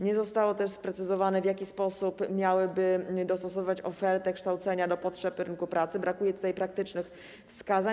Nie zostało też sprecyzowane, w jaki sposób miałyby one dostosowywać ofertę kształcenia do potrzeb rynku pracy, brakuje tutaj praktycznych wskazań.